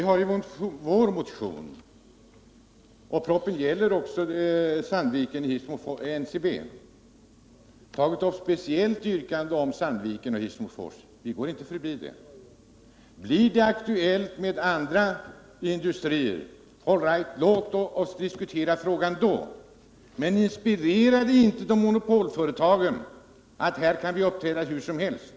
Herr talman! Vi har i vår motion ett speciellt yrkande om Sandviken och Hissmofors. Vi går inte förbi deras problem. Blir det aktuellt med flera industrier, så låt oss diskutera dem då, men inspirera inte monopolföretagen till att tycka att de kan uppträda hur som helst!